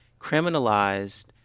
criminalized